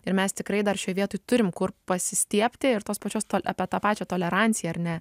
ir mes tikrai dar šioj vietoj turim kur pasistiebti ir tos pačios apie tą pačią toleranciją ar ne